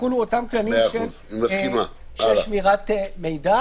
יחולו אותם כללים של שמירת המידע.